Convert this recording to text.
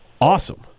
Awesome